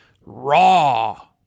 raw